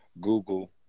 Google